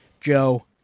Joe